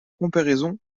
comparaison